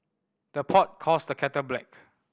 the pot calls the kettle black